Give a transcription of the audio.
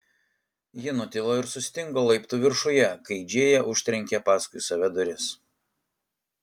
ji nutilo ir sustingo laiptų viršuje kai džėja užtrenkė paskui save duris